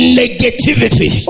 negativity